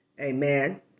Amen